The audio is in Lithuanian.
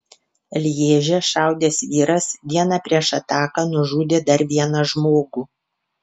lježe šaudęs vyras dieną prieš ataką nužudė dar vieną žmogų